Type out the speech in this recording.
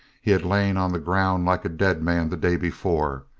he had lain on the ground like a dead man the day before.